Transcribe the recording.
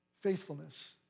Faithfulness